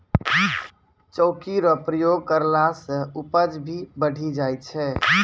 चौकी रो प्रयोग करला से उपज भी बढ़ी जाय छै